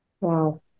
Wow